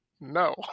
no